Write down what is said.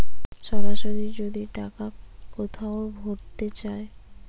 সরাসরি যদি টাকা কোথাও ভোরতে চায়